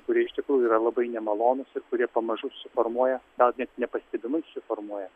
kurie iš tikrųjų yra labai nemalonūs ir kurie pamažu suformuoja gal net nepastebimai susiformuoja